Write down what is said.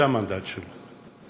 זה המנדט שלו.